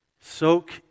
soak